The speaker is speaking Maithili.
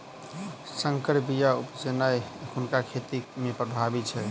सँकर बीया उपजेनाइ एखुनका खेती मे प्रभावी छै